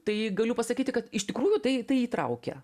tai galiu pasakyti kad iš tikrųjų tai tai įtraukia